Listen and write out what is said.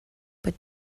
but